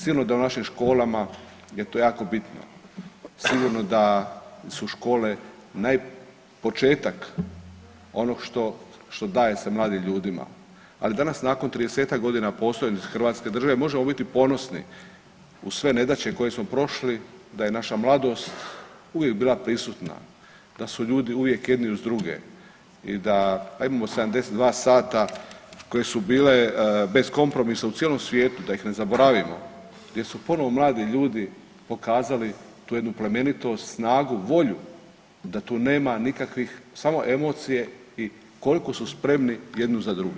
Sigurno da je u našim školama je to jako bitno, sigurno da su škole početak onog što se daje mladim ljudima, ali danas nakon 30-ak godina postojanja Hrvatske države možemo biti ponosni uz sve nedaće koje smo prošli da je naša mladost uvijek bila prisutna, da su ljudi uvijek jedni uz druge i da imamo 72 sada koje su bile beskompromisne u cijelom svijetu da ih ne zaboravimo gdje su ponovo mladi ljudi pokazali tu jednu plemenitost, snagu, volju da tu nema nikakvih, samo emocije i koliko su spremni jedni za druge.